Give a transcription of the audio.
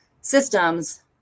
systems